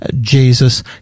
Jesus